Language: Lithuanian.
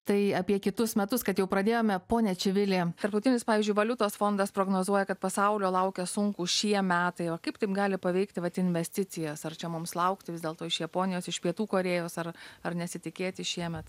tai apie kitus metus kad jau pradėjome pone čivili tarptautinis pavyzdžiui valiutos fondas prognozuoja kad pasaulio laukia sunkūs šie metai o kaip taip gali paveikti vat investicijas ar čia mums laukti vis dėlto iš japonijos iš pietų korėjos ar ar nesitikėti šiemet